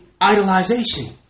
idolization